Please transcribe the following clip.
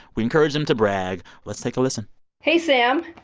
we encourage them to brag. let's take a listen hey, sam.